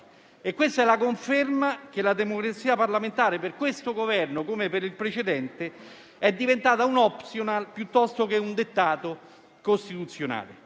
Questa è la conferma che la democrazia parlamentare per questo Governo, come per il precedente, è diventata un *optional* piuttosto che un dettato costituzionale.